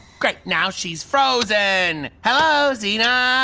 great, now she's frozen. hello? xenon?